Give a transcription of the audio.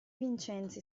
vincenzi